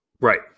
right